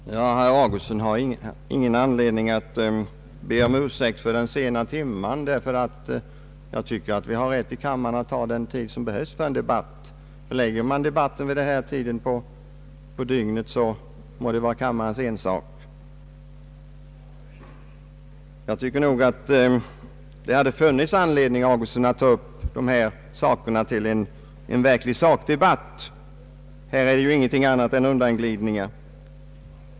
Herr talman! Herr Augustsson har ingen anledning att be om ursäkt för den sena timmen ty vi har rätt att i kammaren ta den tid som behövs för en debatt. Att förlägga debatten till denna tid på dygnet må vara kammarens ensak. Det hade nog funnits anledning, herr Augustsson, att ta upp dessa frågor till en verkligt saklig debatt. Här är ju ingenting annat än undanglidningar.